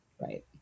right